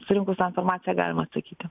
surinkus tą informaciją galima atsakyti